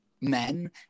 men